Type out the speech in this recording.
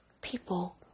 people